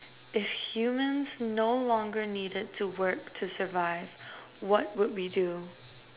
if humans no longer needed to work to survive what would we do